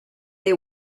they